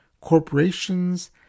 corporations